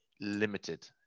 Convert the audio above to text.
limited